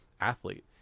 athlete